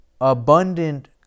abundant